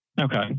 Okay